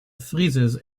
freezes